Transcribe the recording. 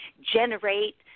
generate